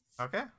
Okay